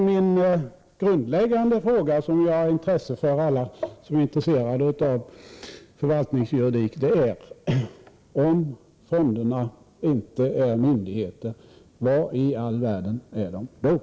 Min grundläggande fråga, som är av intresse för alla som är intresserade av förvaltningsjuridik, är: Om fonderna inte är myndigheter, vad i all världen är de då?